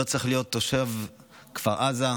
לא צריך להיות תושב כפר עזה,